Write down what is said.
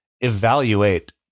evaluate